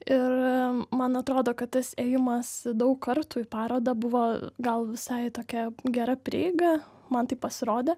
ir man atrodo kad tas ėjimas daug kartų į parodą buvo gal visai tokia gera prieiga man taip pasirodė